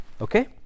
Okay